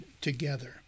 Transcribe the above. together